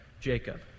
Jacob